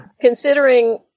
considering